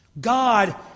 God